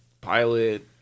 pilot